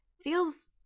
feels